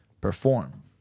perform